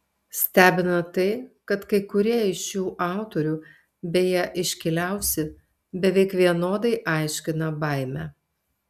stebina tai kad kai kurie iš šių autorių beje iškiliausi beveik vienodai aiškina baimę